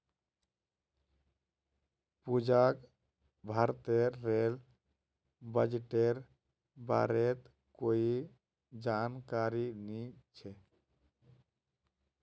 पूजाक भारतेर रेल बजटेर बारेत कोई जानकारी नी छ